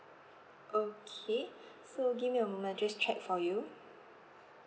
okay so give me a moment just check for you